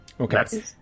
Okay